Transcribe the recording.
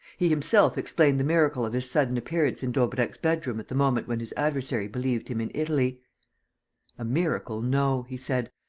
he himself explained the miracle of his sudden appearance in daubrecq's bedroom at the moment when his adversary believed him in italy a miracle, no, he said.